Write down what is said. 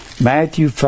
Matthew